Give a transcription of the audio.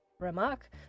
remark